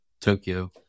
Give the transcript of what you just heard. Tokyo